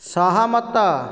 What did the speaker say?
ସହମତ